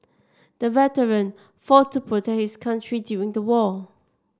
the veteran fought to protect his country during the war